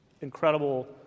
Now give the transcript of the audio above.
incredible